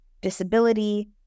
disability